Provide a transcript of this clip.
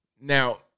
now